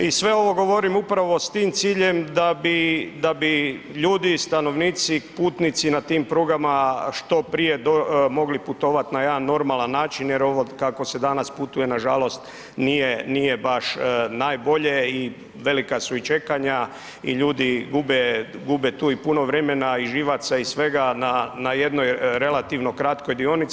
I sve ovo govorim upravo s tim ciljem da bi ljudi, stanovnici, putnici na tim prugama što prije mogli putovati na jedan normalan način jer ovo kako se danas putuje nažalost nije baš najbolje i velika su i čekanja i ljudi gube tu i puno vremena i živaca i svega na jednoj relativno kratkoj dionici.